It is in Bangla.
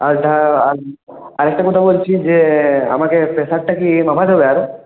আরেকটা আরেকটা কথা বলছি যে আমাকে প্রেসারটা কি মাপাতে হবে আগে